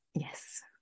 yes